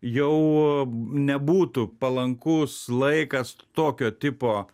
jau nebūtų palankus laikas tokio tipo